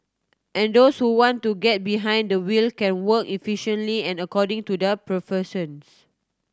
and those who want to get behind the wheel can work efficiently and according to their